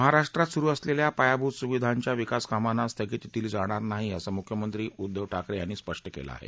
महाराष्ट्रात सुरू असलेल्या पायाभूत सुविधांच्या विकास कामांना स्थगिती दिली जाणार नाही असं मुख्यमंत्री उद्दव ठाकरे यांनी स्पष्ट केलं आहे